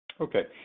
Okay